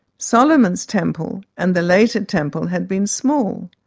solomon's temple and the later temple had been small.